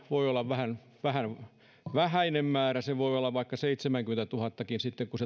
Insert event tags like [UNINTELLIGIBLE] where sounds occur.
voi olla vähän vähän vähäinen määrä se voi olla vaikka seitsemänkymmentätuhattakin sitten kun [UNINTELLIGIBLE]